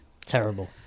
Terrible